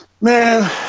man